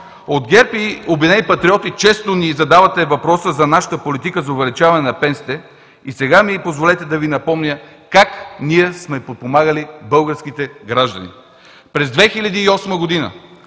От ГЕРБ и „Обединени патриоти“ често ни задавате въпроса за нашата политика за увеличаване на пенсиите. Сега ми позволете да Ви напомня как ние сме подпомагали българските граждани. През 2008 г.